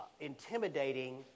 intimidating